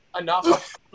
enough